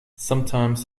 sometimes